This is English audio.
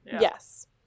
Yes